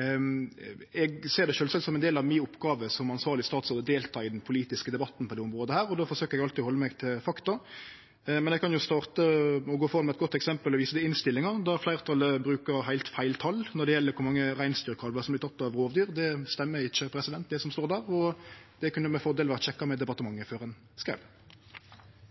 Eg ser det sjølvsagt som ein del av mi oppgåve som ansvarleg statsråd å delta i den politiske debatten på dette området, og då forsøkjer eg alltid å halde meg til fakta. Men eg kan starte med å gå føre med eit godt eksempel og vise til innstillinga, der fleirtalet brukar heilt feil tal når det gjeld kor mange reinsdyrkalvar som er tekne av rovdyr. Det som står der, stemmer ikkje, og det kunne med fordel vore sjekka med departementet før ein skreiv det.